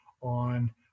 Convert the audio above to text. on